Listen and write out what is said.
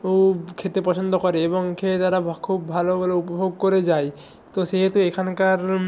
ও খেতে পছন্দ করে এবং খেয়ে তারা খুব ভালো বলে উপভোগ করা যায় তো সেহেতু এখানকার